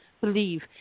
believe